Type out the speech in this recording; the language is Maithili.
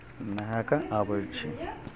नहाए कऽ आबै छी